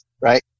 right